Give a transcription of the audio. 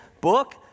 book